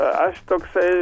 aš toksai